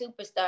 superstar